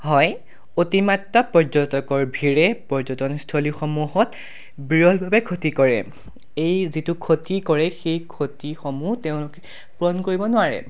হয় অতিমাত্ৰা পৰ্যটকৰ ভিৰে পৰ্যটনস্থলীসমূহত বিৰলভাৱে ক্ষতি কৰে এই যিটো ক্ষতি কৰে সেই ক্ষতিসমূহ তেওঁলোকে পূৰণ কৰিব নোৱাৰে